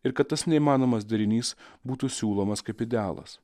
ir kad tas neįmanomas darinys būtų siūlomas kaip idealas